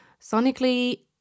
Sonically